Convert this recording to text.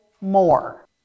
more